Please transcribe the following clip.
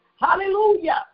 hallelujah